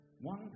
One